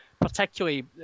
Particularly